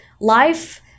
life